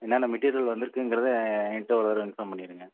என்னென்ன மெட்டீரியல் வந்துருக்குன்றத என்கிட்ட ஒரு தடவை இன்ஃபார்ம் பண்ணியிருங்க